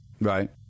right